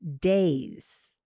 days